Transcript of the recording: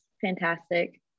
fantastic